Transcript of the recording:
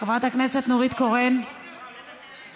חברת הכנסת נורית קורן, מוותרת.